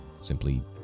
simply